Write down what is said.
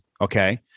Okay